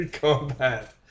combat